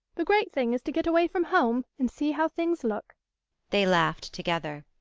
the great thing is to get away from home and see how things look they laughed together.